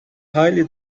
highly